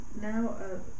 now